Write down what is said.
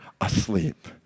asleep